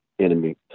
enemy